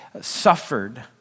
suffered